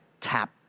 tap